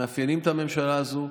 מאפיינים את הממשלה הזאת.